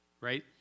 Right